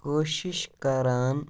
کوٗشِش کران